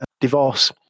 divorce